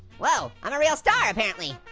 whoa i'm a real star apparently.